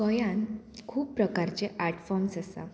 गोंयान खूब प्रकारचे आर्ट फॉम्स आसा